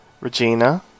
Regina